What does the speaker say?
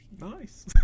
Nice